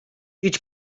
idź